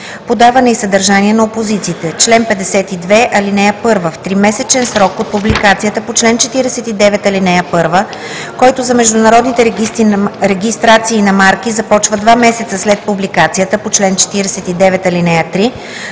„Подаване и съдържание на опозициите Чл. 52. (1) В тримесечен срок от публикацията по чл. 49, ал. 1, който за международните регистрации на марки започва два месеца след публикацията по чл. 49, ал. 3,